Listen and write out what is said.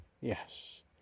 yes